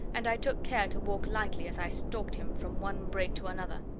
and i took care to walk lightly as i stalked him from one brake to another.